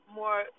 more